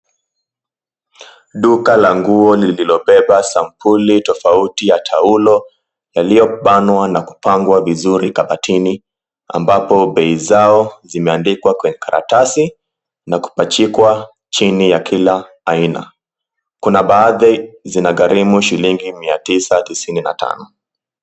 Duka la nguo lililobeba sampuli tofauti ya taulo iliyobanwa na kupangwa vizuri kabatini ambapo bei zao zimeandikwa kwa karatasi na kupachikwa chini ya kila aina. Kuna baadhi zina gharimu shilingi mia tisa tisini na tano.